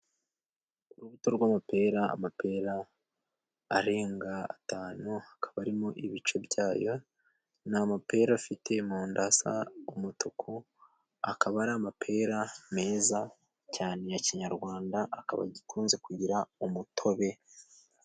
Urubuto rw'amapera. Amapera arenga atanu akaba arimo ibice byayo ni amapera afite mu nda hasa n'umutuku akaba ari amapera meza cyane ya kinyarwanda ,akaba akunze kugira umutobe.